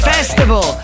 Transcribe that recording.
Festival